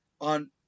on